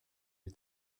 you